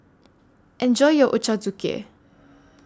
Enjoy your Ochazuke